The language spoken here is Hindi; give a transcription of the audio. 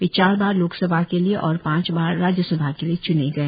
वे चार बार लोकसभा के लिए और पांच बार राज्यसभा के लिए चुने गए